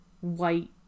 white